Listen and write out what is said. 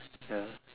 ya